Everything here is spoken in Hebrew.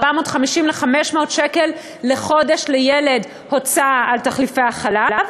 ל-500 שקל לחודש לילד הוצאה על תחליפי החלב.